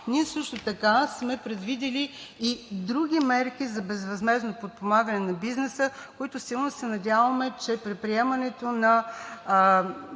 ние също така сме предвидили и други мерки за безвъзмездно подпомагане на бизнеса, които силно се надяваме, че при приемането на